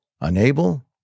Unable